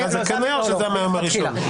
זה היה --- זה היה מהיום הראשון?